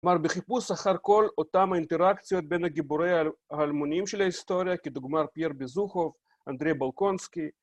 כלומר, בחיפוש אחר כל אותם האינטראקציות בין הגיבורי האלמונים של ההיסטוריה, כדוגמת פייר בזוכוב, אנדרי בולקונסקי.